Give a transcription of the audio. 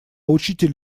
учитель